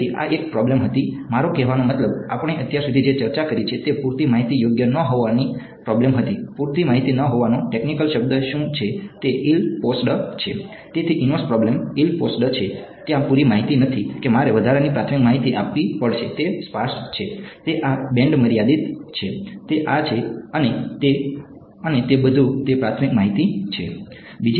તેથી આ એક પ્રોબ્લેમ હતી મારો કહેવાનો મતલબ આપણે અત્યાર સુધી જે ચર્ચા કરી છે તે પૂરતી માહિતી યોગ્ય ન હોવાની પ્રોબ્લેમ હતી પૂરતી માહિતી ન હોવાનો ટેકનિકલ શબ્દ શું છે તે ઈલ પોસ્ડ છે ત્યાં પૂરતી માહિતી નથી કે મારે વધારાની પ્રાથમિક માહિતી આપવી પડશે તે સ્પાર્સ છે તે આ બેન્ડ મર્યાદિત છે તે આ છે અને તે અને તે બધું તે પ્રાથમિક માહિતી છે